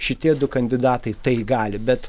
šitie du kandidatai tai gali bet